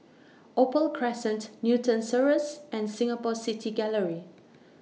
Opal Crescent Newton Cirus and Singapore City Gallery